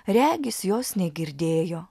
regis jos negirdėjo